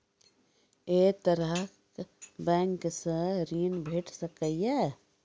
ऐ तरहक बैंकोसऽ ॠण भेट सकै ये?